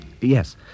Yes